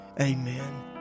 Amen